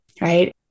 right